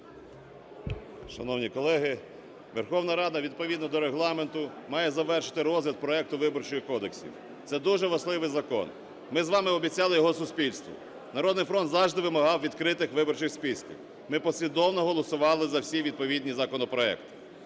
Шановні колеги! Верховна Рада, відповідно до Регламенту, має завершити розгляд проекту Виборчого кодексу. Це дуже важливий закон. Ми з вами обіцяли його суспільству. "Народний фронт" завжди вимагав відкритих виборчих списків. Ми послідовно голосували за всі відповідні законопроекти.